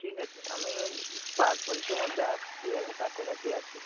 ঠিক আছে আমি ওই পাঁচ মিনিটের মধ্যে আসছি আমি কাছাকাছি আছি